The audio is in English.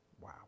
Wow